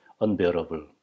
unbearable